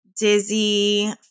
dizzy